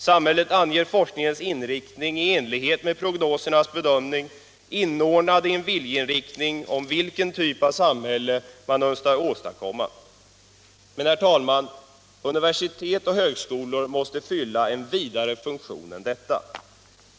Samhället anger forskningens inriktning i enlighet med prognosernas bedömningar, inordnade i en viljeinriktning om vilken typ av samhälle man önskar åstadkomma. Men, herr talman, universitet och högskolor måste fylla en vidare funktion än detta.